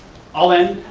all in,